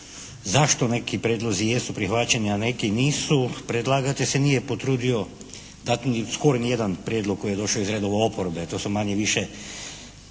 zašto neki prijedlozi jesu prihvaćeni, a neki nisu predlagatelj se nije potrudio …/Govornik se ne razumije./… skoro ni jedan prijedlog koji je došao iz redova oporbe. To su manje-više